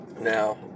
now